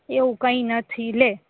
એવું કાઇ નથી લે